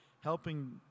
helping